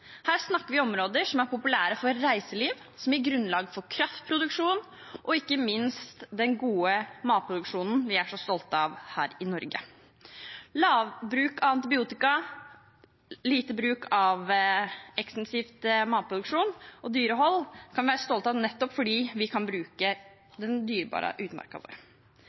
Her snakker vi om områder som er populære for reiseliv, og som gir grunnlag for både kraftproduksjon og ikke minst den gode matproduksjonen som vi er så stolte av her i Norge. Lite bruk av antibiotika og lite bruk av ekstensiv matproduksjon og dyrehold er noe vi kan være stolte av, nettopp fordi vi kan bruke den dyrebare utmarka vår.